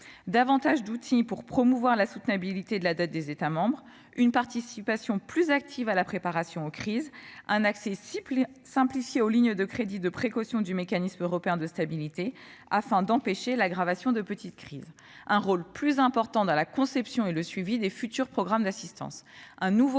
davantage d'outils pour promouvoir la soutenabilité de la dette des États membres ; une participation plus active à la préparation aux crises ; un accès simplifié aux lignes de crédit de précaution du MES, afin d'empêcher l'aggravation de crises mineures ; un rôle plus important dans la conception et le suivi des futurs programmes d'assistance ; enfin,